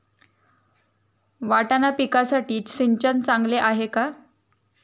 वाटाणा पिकासाठी सिंचन चांगले आहे का?